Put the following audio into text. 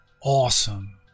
awesome